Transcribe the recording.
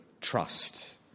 trust